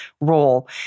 role